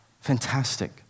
fantastic